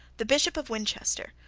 the bishop of winchester,